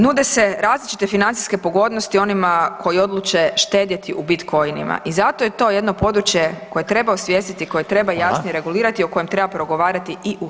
Nude se različite financijske pogodnosti onima koji odluče štedjeti u Bitcoinima i zato je to jedno područje koje treba osvijestiti i koje treba jasnije regulirati [[Upadica: Hvala.]] o kojem treba progovarati i u HS-u.